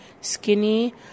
skinny